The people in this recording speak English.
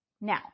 Now